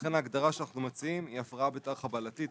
לכן ההגדרה שאנחנו מציעים היא הפרעה בתר חבלתית,